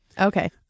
Okay